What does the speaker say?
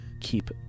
keep